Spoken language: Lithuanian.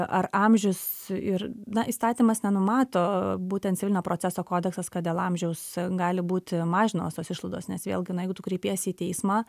ar amžius ir na įstatymas nenumato būtent civilinio proceso kodeksas kad dėl amžiaus gali būti mažinamos tos išlaidos nes vėlgi na jeigu tu kreipiesi į teismą